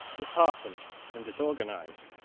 disheartened, and disorganized,